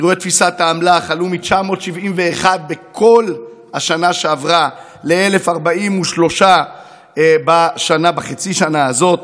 אירועי תפיסת האמל"ח עלו מ-971 בכל השנה שעברה ל-1,043 בחצי שנה הזאת.